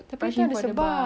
oh karma